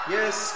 Yes